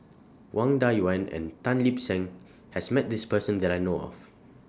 Wang Dayuan and Tan Lip Seng has Met This Person that I know of